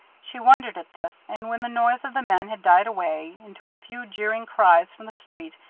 she wondered at this, and when the noise of the men had died away into a few jeering cries from the street,